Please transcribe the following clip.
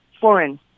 foreign